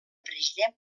president